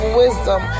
wisdom